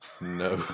No